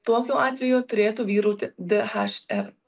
tokiu atveju turėtų vyrauti dhr